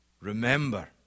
Remember